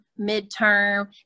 midterm